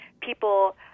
people